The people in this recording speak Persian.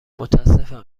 متأسفم